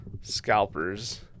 Scalpers